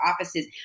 offices